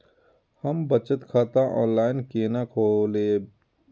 हम बचत खाता ऑनलाइन केना खोलैब?